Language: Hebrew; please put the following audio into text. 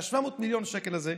וה-700 מיליון שקל האלה,